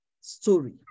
story